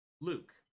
Luke